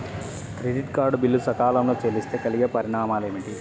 Credit card bill సకాలంలో చెల్లిస్తే కలిగే పరిణామాలేమిటి?